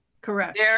Correct